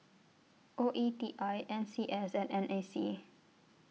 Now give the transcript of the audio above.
O E T I N C S and N A C